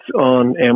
on